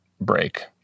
break